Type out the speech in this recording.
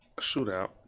shootout